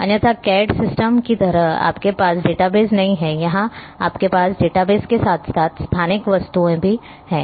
अन्यथा CAD system की तरह आपके पास डेटाबेस नहीं है यहां आपके पास डेटाबेस के साथ साथ स्थानिक वस्तु भी है